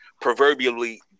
proverbially